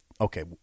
okay